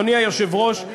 אדוני היושב-ראש,